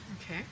Okay